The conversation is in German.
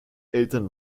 eltern